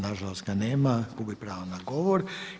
Nažalost ga nema, gubi pravo na govor.